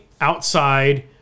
outside